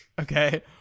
okay